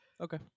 okay